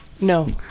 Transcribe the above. No